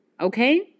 okay